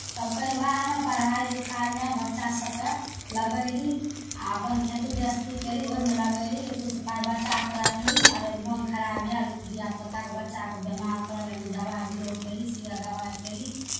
तऽ परिवारमे पढ़ाइ लिखाइमे बच्चासभकेँ लगयली आ अपन खेती गृहस्थी कयली ओहिमे लगयली किछु पाइ बचा कऽ रखली अरे मोन खराब भेल धियापुताकेँ बच्चाके बिमार पड़ल ओहिमे दबाइ बीरो कयली सुइआ दबाइ कयली